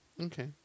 Okay